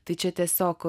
tai čia tiesiog